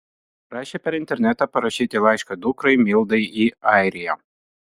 prašė per internetą parašyti laišką dukrai mildai į airiją